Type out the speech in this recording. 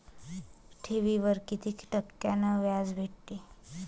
ठेवीवर कितीक टक्क्यान व्याज भेटते?